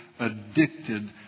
Addicted